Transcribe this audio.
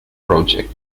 project